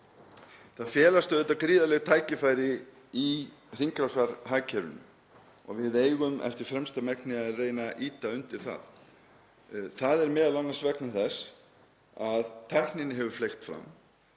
Það felast auðvitað gríðarleg tækifæri í hringrásarhagkerfinu og við eigum eftir fremsta megni að reyna að ýta undir það. Það er m.a. vegna þess að tækninni hefur fleygt fram.